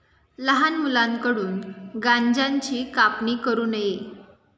लहान मुलांकडून गांज्याची कापणी करू नये